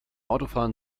autofahren